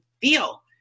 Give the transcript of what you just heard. feel